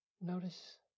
notice